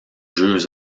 jeux